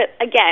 again